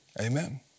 Amen